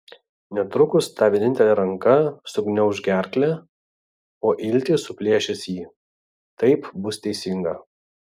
netrukus ta vienintelė ranka sugniauš gerklę o iltys suplėšys jį taip bus teisinga